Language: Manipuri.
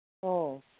ꯑꯣ